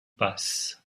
passent